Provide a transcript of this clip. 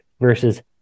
versus